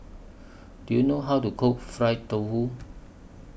Do YOU know How to Cook Fried Tofu